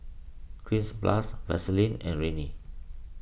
Cleanz Plus Vaselin and Rene